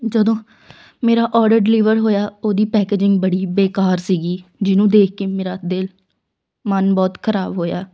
ਜਦੋਂ ਮੇਰਾ order deliver ਹੋਇਆ ਉਹਦੀ ਪੈਕਜਿੰਗ ਬੜੀ ਬੇਕਾਰ ਸੀਗੀ ਜਿਹਨੂੰ ਦੇਖ ਕੇ ਮੇਰਾ ਦਿਲ ਮਨ ਬਹੁਤ ਖਰਾਬ ਹੋਇਆ